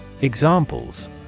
Examples